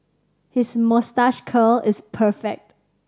his moustache curl is perfect